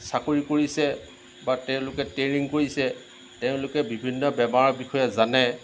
চাকৰি কৰিছে বা তেওঁলোকে ট্ৰেইনিং কৰিছে তেওঁলোকে বিভিন্ন বেমাৰৰ বিষয়ে জানে